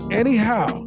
anyhow